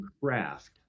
craft